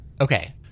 Okay